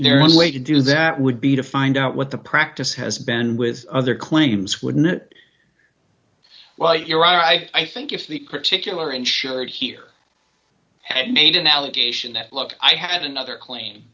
their own way to do that would be to find out what the practice has been with other claims wouldn't well your honor i think if the critic you are insured here had made an allegation that look i have another claim